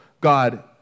God